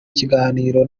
kiganiro